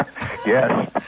Yes